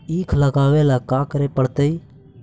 ईख लगावे ला का का करे पड़तैई?